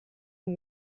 who